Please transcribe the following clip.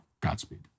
Godspeed